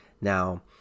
Now